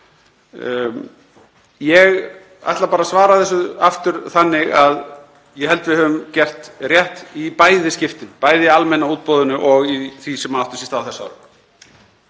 Ég ætla bara að svara þessu aftur á þennan veg: Ég held að við höfum gert rétt í bæði skiptin, bæði í almenna útboðinu og í því sem átti sér stað á þessu ári.